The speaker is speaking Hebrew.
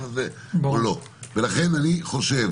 לכן אני חושב